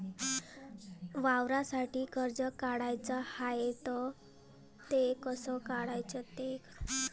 वावरासाठी कर्ज काढाचं हाय तर ते कस कराच ही मायती ऑनलाईन कसी भेटन?